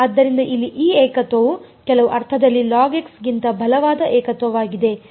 ಆದ್ದರಿಂದ ಇಲ್ಲಿ ಈ ಏಕತ್ವವು ಕೆಲವು ಅರ್ಥದಲ್ಲಿ ಗಿಂತ ಬಲವಾದ ಏಕತ್ವವಾಗಿದೆ ಸರಿ